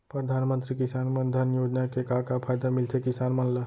परधानमंतरी किसान मन धन योजना के का का फायदा मिलथे किसान मन ला?